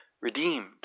redeemed